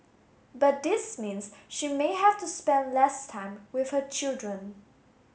but this means she may have to spend less time with her children